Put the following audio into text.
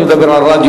אני מדבר על רדיו.